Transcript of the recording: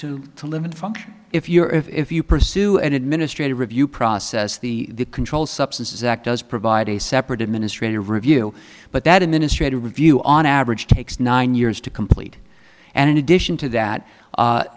to to limit function if you're if you pursue an administrative review process the controlled substances act does provide a separate administrative review but that a minister a review on average takes nine years to complete and in addition to that